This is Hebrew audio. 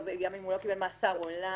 גם אם הוא לא קיבל מאסר עולם,